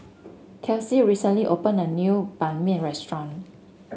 Kelsie recently opened a new Ban Mian restaurant